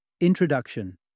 Introduction